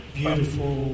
beautiful